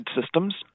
systems